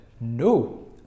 No